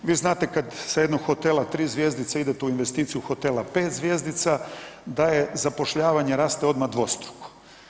Vi znate kad se jednog hotela 3 zvjezdice idete u investiciju hotela 5 zvjezdica, da je zapošljavanje raste odmah dvostruko.